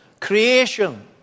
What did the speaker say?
creation